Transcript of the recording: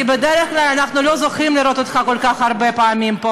כי בדרך כלל אנחנו לא זוכים לראות אותך כל כך הרבה פעמים פה,